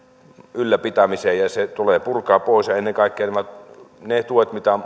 ylläpitämiseen ja se tulee purkaa pois ja ennen kaikkea niiden tukien mitä